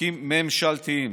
חוקים ממשלתיים.